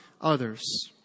others